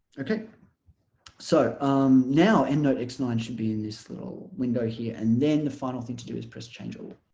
okay so um now endnote x nine should be in this little window here and then the final thing to do is press change all